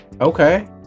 Okay